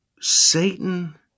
Satan